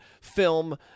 film